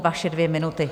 Vaše dvě minuty.